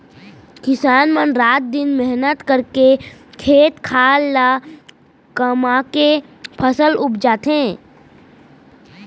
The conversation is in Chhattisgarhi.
किसान मन रात दिन मेहनत करके खेत खार ल कमाके फसल उपजाथें